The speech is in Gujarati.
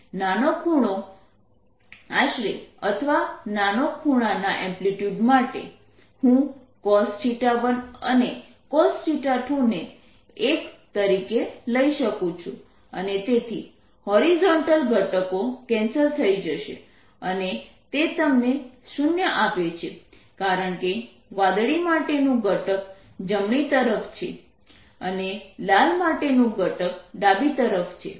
નાનો ખૂણો આશરે અથવા નાના ખૂણાના એમ્પ્લિટ્યૂડ માટે હું cos 1અને cos 2 ને 1 તરીકે લઈ શકું છું અને તેથી હોરીઝોન્ટલ ઘટકો કેન્સલ થઇ જશે અને તે તમને શૂન્ય આપે છે કારણકે વાદળી માટેનું ઘટક જમણી તરફ છે અને લાલ માટેનું ઘટક ડાબી તરફ છે